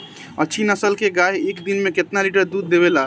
अच्छी नस्ल क गाय एक दिन में केतना लीटर दूध देवे ला?